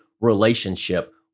relationship